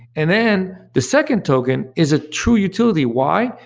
and then the second token is a true utility. why?